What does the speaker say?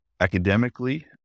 Academically